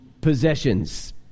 possessions